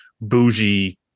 bougie